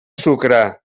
sucre